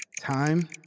Time